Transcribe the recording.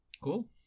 cool